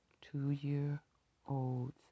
two-year-olds